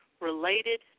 related